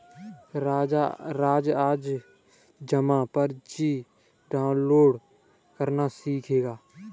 राज आज जमा पर्ची डाउनलोड करना सीखेगा